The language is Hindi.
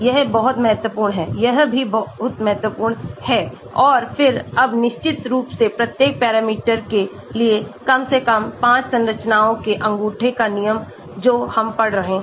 यह बहुत महत्वपूर्ण है यह भी बहुत महत्वपूर्ण है और फिर अब निश्चित रूप से प्रत्येक पैरामीटर के लिए कम से कम पांच संरचनाओं के अंगूठे का नियम जो हम पढ़ रहे हैं